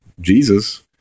Jesus